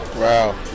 Wow